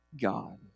God